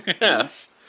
Yes